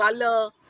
color